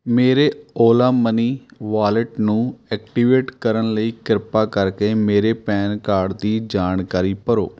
ਮੇਰੇ Ola money wallet ਨੂੰ activate ਕਰਨ ਲਈ ਕਿਰਪਾ ਕਰਕੇ ਮੇਰੇ ਪੈਨ ਕਾਰਡ ਦੀ ਜਾਣਕਾਰੀ ਭਰੋ